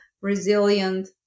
resilient